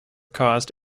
caused